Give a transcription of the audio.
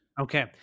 Okay